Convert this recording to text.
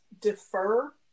defer